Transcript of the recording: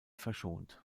verschont